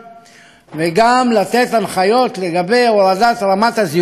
וגם לתת הנחיות לגבי הורדת רמת הזיהום באזור,